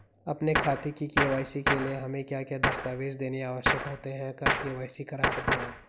अपने खाते की के.वाई.सी के लिए हमें क्या क्या दस्तावेज़ देने आवश्यक होते हैं कब के.वाई.सी करा सकते हैं?